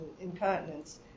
incontinence